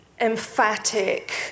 emphatic